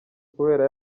kubera